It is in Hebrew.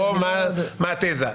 לא מה התזה.